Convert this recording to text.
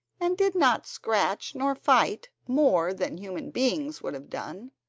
and did not scratch nor fight more than human beings would have done,